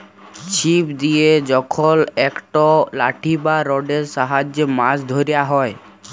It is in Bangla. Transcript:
ছিপ দিয়ে যখল একট লাঠি বা রডের সাহায্যে মাছ ধ্যরা হ্যয়